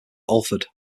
alford